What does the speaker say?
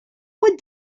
would